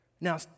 Now